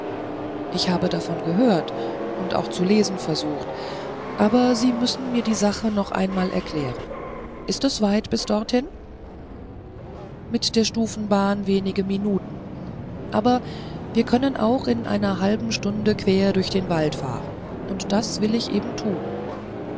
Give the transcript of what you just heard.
ich habe davon gehört und auch zu lesen versucht aber sie müssen mir die sache noch einmal erklären ist es weit bis dorthin mit der stufenbahn wenige minuten aber wir können auch in einer halben stunde quer durch den wald fahren und das will ich eben tun